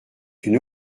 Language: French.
une